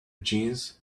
jeans